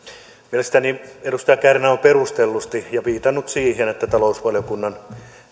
mielestäni edustaja kärnä on perustellusti viitannut siihen että talousvaliokunnan